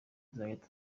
tuzajya